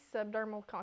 subdermal